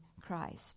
Christ